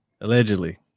allegedly